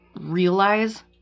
realize